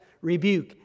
rebuke